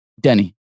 Denny